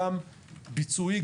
גם ביצועי,